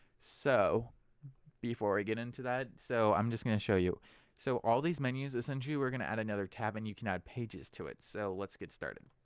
so before we get into that so i'm just going to show you so all these menus essentially we're going to add another tab, and you can add pages to it. so let's get started